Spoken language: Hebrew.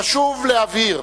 חשוב להבהיר: